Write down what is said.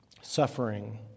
suffering